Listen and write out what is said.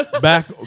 Back